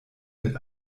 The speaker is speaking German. mit